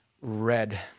red